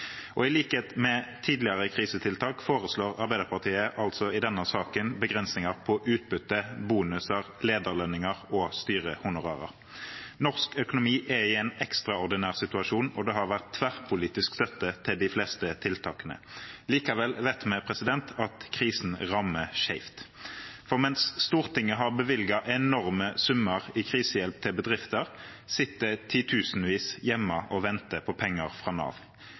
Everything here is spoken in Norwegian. tiltak. I likhet med tidligere krisetiltak foreslår Arbeiderpartiet i denne saken begrensninger på utbytte, bonuser, lederlønninger og styrehonorarer. Norsk økonomi er i en ekstraordinær situasjon, og det har vært tverrpolitisk støtte til de fleste tiltakene. Likevel vet vi at krisen rammer skjevt. For mens Stortinget har bevilget enorme summer i krisehjelp til bedrifter, sitter titusenvis hjemme og venter på penger fra Nav.